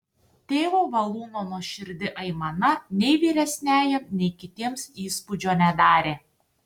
tėvo valūno nuoširdi aimana nei vyresniajam nei kitiems įspūdžio nedarė